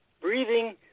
Breathing